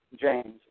James